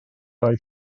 oedd